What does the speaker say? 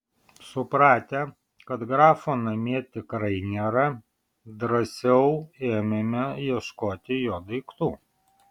supratę kad grafo namie tikrai nėra drąsiau ėmėme ieškoti jo daiktų